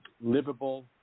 livable